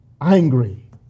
angry